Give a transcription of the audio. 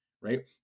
right